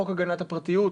חוק הגנת הפרטיות,